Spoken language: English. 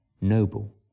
noble